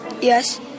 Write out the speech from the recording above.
Yes